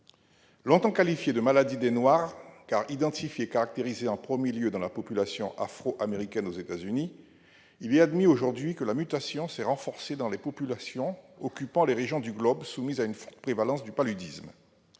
longtemps été qualifiée de « maladie des noirs », car elle a été identifiée et caractérisée en premier lieu au sein de la population afro-américaine aux États-Unis. Il est aujourd'hui admis que la mutation s'est renforcée dans les populations occupant les régions du globe soumises à une forte prévalence du paludisme.